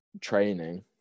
training